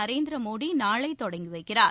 நரேந்திர மோடி நாளை தொடங்கி வைக்கிறார்